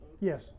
Yes